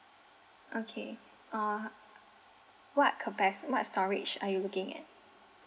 okay uh what capac~ what storage are you looking at